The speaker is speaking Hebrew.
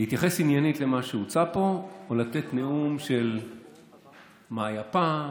להתייחס עניינית למה שהוצג פה או לתת נאום של מה היה פעם,